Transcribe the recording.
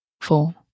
four